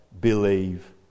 believe